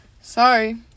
sorry